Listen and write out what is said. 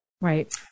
Right